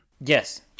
Yes